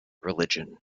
religion